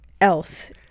else